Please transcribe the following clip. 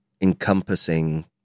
encompassing